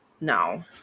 No